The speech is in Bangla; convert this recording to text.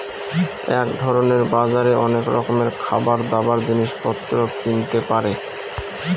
এক ধরনের বাজারে অনেক রকমের খাবার, দাবার, জিনিস পত্র কিনতে পারে